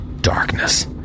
darkness